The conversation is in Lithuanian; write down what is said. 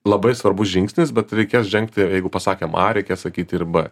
labai svarbus žingsnis bet reikės žengti jeigu pasakėm a reikia sakyti ir b